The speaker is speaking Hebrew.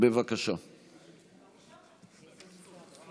אין מתנגדים ואין